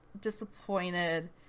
disappointed